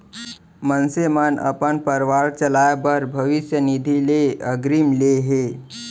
मनसे मन अपन परवार चलाए बर भविस्य निधि ले अगरिम ले हे